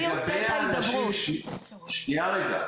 שניה רגע.